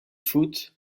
foot